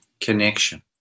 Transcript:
connection